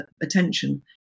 attention